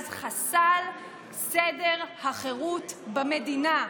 אז חסל סדר החירות במדינה".